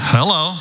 Hello